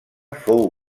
fou